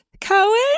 Cohen